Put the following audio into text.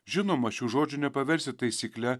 žinoma šių žodžių nepaversi taisykle